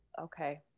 Okay